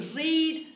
read